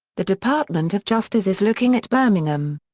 the department of justice is looking at birmingham.